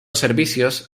servicios